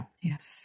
Yes